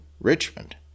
Richmond